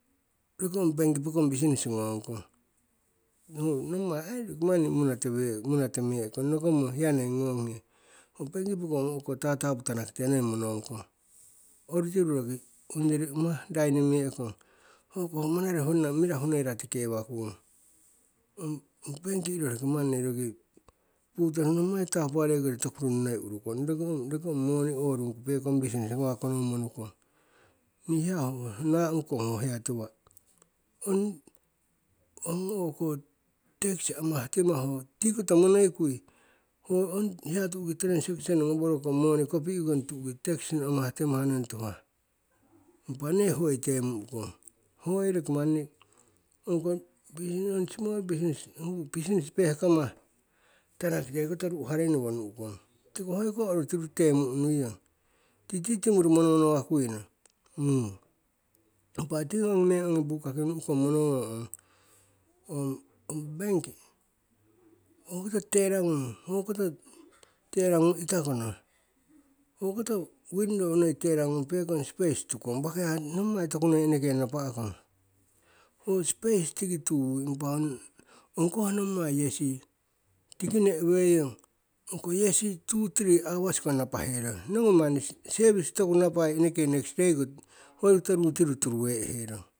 Roki ong bank pokong business ngong kung nommai ai rokimani munatoweh munatemehkong nokongmo hiya noi ngonghe, ho benki pokong tatapu tanakite noi monongkong. Orutiru roki ongyori amah raini me'kong, ongho monare honna mirahu noi ratikewakung, ong benki iro roki manni roki nommai tapuwarei koring tokunoi, roki ong moni orungku pekong business ngawakong monukong. Ni hiya ho na'mukong hiya ho tiwa', ong o'ko tax hiya amahtimah, tiko monoikui ho hiya amahtimah transaction noworokong moni kopi'kong tu'ki ho amahtkmah tuhah impa ne hoi temu'kong. Hoi roki manni ongko small business, business pehkamah tanakite koto ru'harei no nu'kong tiko hoiko orutiru temu'nuiong. Titi timuru mono mono wakuino. Impa tiki ongi meng bukaki nu'kong ong bank hokoto teller ngung, teller itakono noi window teller ngung pekong space noi tukong wakoya nommai tokunoi eneke napa'kong. Ho space tiki tuyu ongkoh nommai yesi tiki ne'weiong ongko yesii tu tri hours ko napaherong, nongu manni ho sevis toku napai eneke next day ko hokoto ruu tiru koto turuwe'herong.